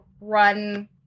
run